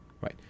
right